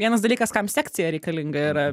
vienas dalykas kam sekcija reikalinga yra